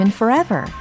forever